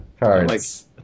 cards